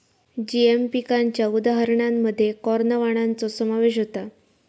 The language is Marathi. जीएम पिकांच्या उदाहरणांमध्ये कॉर्न वाणांचो समावेश होता